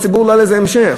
ולא היה לזה המשך